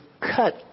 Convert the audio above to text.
cut